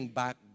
back